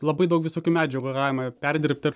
labai daug visokių medžiagų galima perdirbti